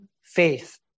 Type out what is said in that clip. faith